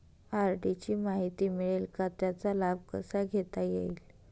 RD ची माहिती मिळेल का, त्याचा लाभ कसा घेता येईल?